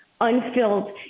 unfilled